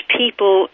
people